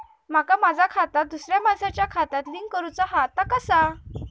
माका माझा खाता दुसऱ्या मानसाच्या खात्याक लिंक करूचा हा ता कसा?